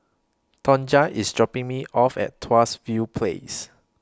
Tonja IS dropping Me off At Tuas View Place